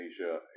Asia